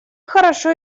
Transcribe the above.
хорошо